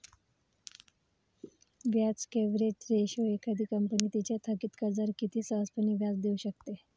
व्याज coverage ratio एखादी कंपनी तिच्या थकित कर्जावर किती सहजपणे व्याज देऊ शकते